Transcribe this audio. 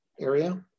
area